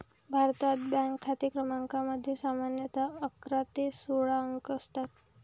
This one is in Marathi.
भारतात, बँक खाते क्रमांकामध्ये सामान्यतः अकरा ते सोळा अंक असतात